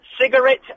cigarette